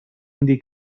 indy